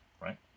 right